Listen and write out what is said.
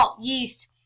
yeast